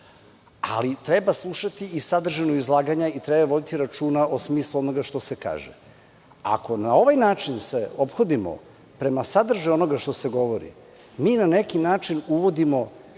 ali treba slušati i sadržinu izlaganja i treba voditi računa o smislu onoga što se kaže. Ako na ovaj način se ophodimo prema sadržaju onoga što se govori, mi na neki način uvodimo